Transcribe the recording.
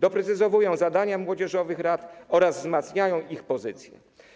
doprecyzowują zadania młodzieżowych rad oraz wzmacniają ich pozycję.